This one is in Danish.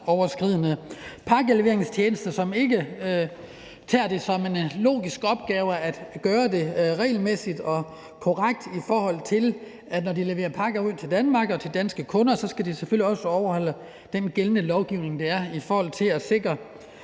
grænseoverskridende pakkeleveringstjenester, som ikke tager det som en logisk opgave at gøre det regelmæssigt og korrekt, når de leverer pakker til Danmark og til danske kunder. For de skal selvfølgelig også overholde den gældende lovgivning om at overholde frister